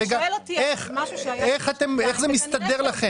איך זה מסתדר לכם?